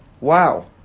Wow